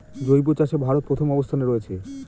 জৈব চাষে ভারত প্রথম অবস্থানে রয়েছে